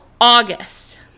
August